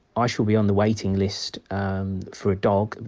i shall be on the waiting list um for a dog,